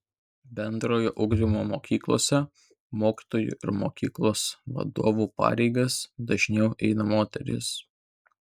bendrojo ugdymo mokyklose mokytojų ir mokyklos vadovų pareigas dažniau eina moterys